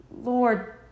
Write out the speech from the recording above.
Lord